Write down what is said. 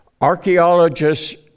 archaeologists